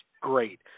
Great